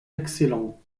excellent